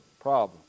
problem